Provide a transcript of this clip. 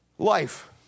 life